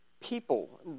people